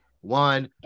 one